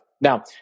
Now